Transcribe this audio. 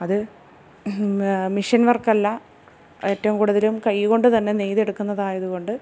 അത് മിഷൻ വർക്കല്ല ഏറ്റവും കൂടുതലും കൈ കൊണ്ട് തന്നെ നെയ്തെടുക്കുന്നതായത് കൊണ്ട്